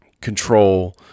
control